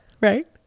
right